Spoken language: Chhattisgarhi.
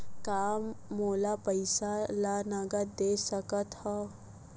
का मोला पईसा ला नगद दे सकत हव?